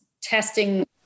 testing